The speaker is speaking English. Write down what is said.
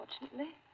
unfortunately